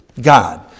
God